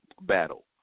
battle